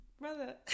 brother